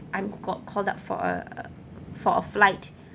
I'm got called up for a for a flight